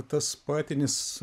tas poetinis